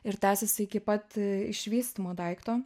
ir tęsiasi iki pat išvystymo daikto